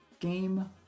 Game